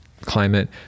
climate